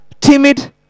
timid